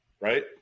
right